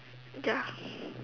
ya